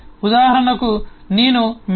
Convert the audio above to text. ఉదాహరణకు నేను math